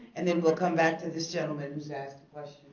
and then we'll come back to this gentleman who's asked